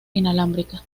inalámbrica